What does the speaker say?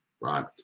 right